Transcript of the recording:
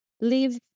live